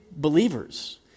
believers